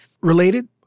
Related